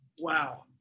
Wow